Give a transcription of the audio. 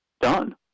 done